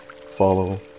follow